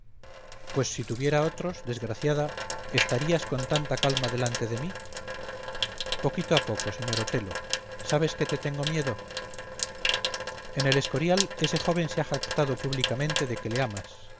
pues si tuviera otros desgraciada estarías con tanta calma delante de mí poquito a poco señor otelo sabes que te tengo miedo en el escorial ese joven se ha jactado públicamente de que le amas